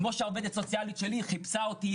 כמו שהעובדת הסוציאלית שלי חיפשה אותי,